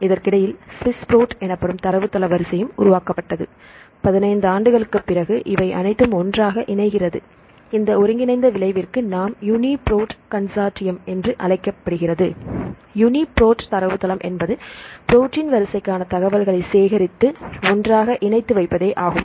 இதற்கிடையில் Swiss Prot எனப்படும் தரவுத்தள வரிசையும் உருவாக்கப்பட்டது 15 ஆண்டுகளுக்குப் பிறகு இவை அனைத்தும் ஒன்றாக இணைகிறது இந்த ஒருங்கிணைந்த விளைவிற்கு நாம் யூனி புரொட் கன்சொட்டியம் என்று அழைக்கப்படுகிறது யுனிபிராட் தரவுத்தளம் என்பது புரோட்டின் வரிசைக்கான தகவல்களை சேகரித்து ஒன்றாக இணைத்து வைப்பதே ஆகும்